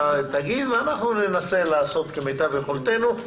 תאמר ואנחנו ננסה לעשות כמיטב יכולתנו.